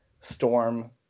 Storm